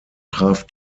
traf